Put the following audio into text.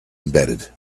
embedded